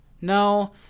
No